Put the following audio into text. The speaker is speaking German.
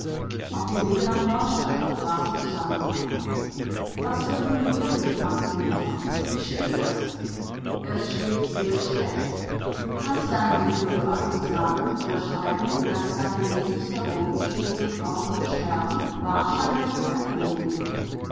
auf dem wege nach neustadt war sie zusammengebrochen was wird nun werden fragte die mutter wie steht es es steht sehr schlecht du kannst deinem sohne joachim sagen oder schreiben daß sein sehnlichster wunsch diese frau möge sterben wahrscheinlich in erfüllung gehen wird